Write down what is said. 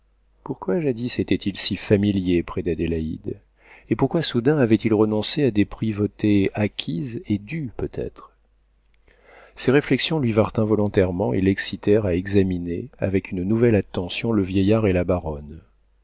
pourquoi jadis était-il si familier près d'adélaïde et pourquoi soudain avait-il renoncé à des privautés acquises et dues peut-être ces réflexions lui vinrent involontairement et l'excitèrent à examiner avec une nouvelle attention le vieillard et la baronne